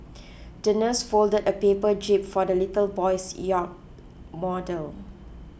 the nurse folded a paper jib for the little boy's yacht model